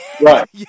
right